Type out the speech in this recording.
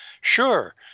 sure